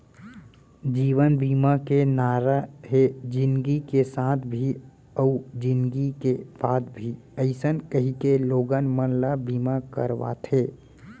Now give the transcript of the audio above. जीवन बीमा के नारा हे जिनगी के साथ भी अउ जिनगी के बाद भी अइसन कहिके लोगन मन ल बीमा करवाथे